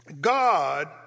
God